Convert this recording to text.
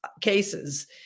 cases